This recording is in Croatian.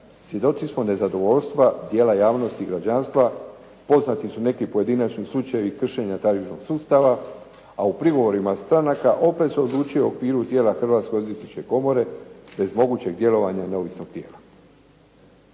Svjedoci smo nezadovoljstva dijela javnosti i građanstva, poznati su pojedinačni slučajevi kršenja tarifnog sustava, a u prigovorima stranaka opet se odlučuje u okviru tijela Hrvatske odvjetničke komore, te mogućeg djelovanja neovisnog tijela.